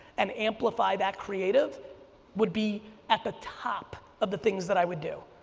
and amplify that creative would be at the top of the things that i would do.